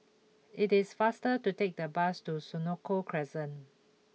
it is faster to take the bus to Senoko Crescent